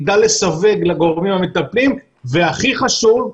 יידע לסווג לגורמים המטפלים והכי חשוב,